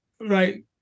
right